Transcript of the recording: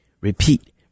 Repeat